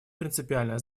принципиальное